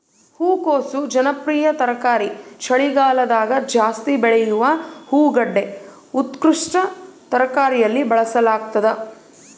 ಹೂಕೋಸು ಜನಪ್ರಿಯ ತರಕಾರಿ ಚಳಿಗಾಲದಗಜಾಸ್ತಿ ಬೆಳೆಯುವ ಹೂಗಡ್ಡೆ ಉತ್ಕೃಷ್ಟ ತರಕಾರಿಯಲ್ಲಿ ಬಳಸಲಾಗ್ತದ